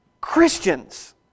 christians